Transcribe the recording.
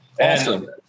Awesome